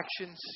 actions